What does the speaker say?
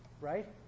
right